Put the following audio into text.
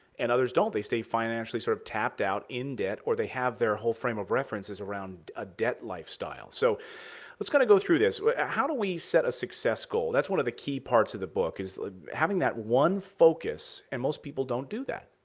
and others don't. they stay financially sort of tapped out, in debt, or they have their whole frame of reference is around a debt lifestyle. so let's kind of go through this. how do we set a success goal? that's one of the key parts of the book, is having that one focus. and most people don't do that.